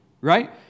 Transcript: Right